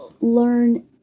learn